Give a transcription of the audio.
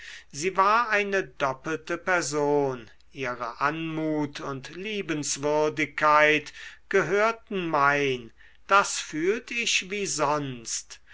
sie war eine doppelte person ihre anmut und liebenswürdigkeit gehörten mein das fühlt ich wie sonst